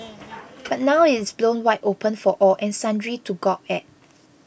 but now it is blown wide open for all and sundry to gawk at